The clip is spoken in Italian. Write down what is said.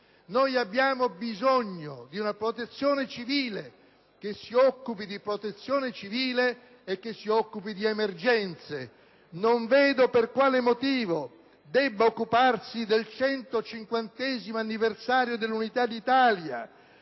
Abbiamo bisogno di una Protezione civile che si occupi di protezione civile e di emergenze; non vedo per quale motivo debba occuparsi del 150° anniversario dell'Unità d'Italia,